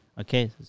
okay